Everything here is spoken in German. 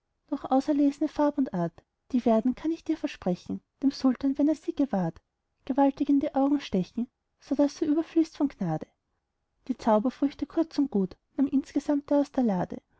auserlesne farb und art die werden kann ich dir versprechen dem sultan wenn er sie gewahrt gewaltig in die augen stechen sodaß er überfließt von gnade die zauberfrüchte kurz und gut nahm insgesamt er aus der lade